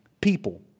people